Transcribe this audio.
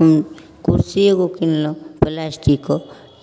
हम कुरसी एगो किनलहुँ प्लास्टिकके